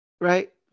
right